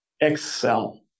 excel